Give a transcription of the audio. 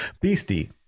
beastie